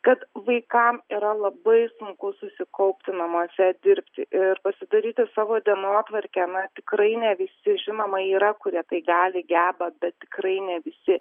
kad vaikam yra labai sunku susikaupti namuose dirbti ir pasidaryti savo dienotvarkę na tikrai ne visi žinoma yra kurie tai gali geba bet tikrai ne visi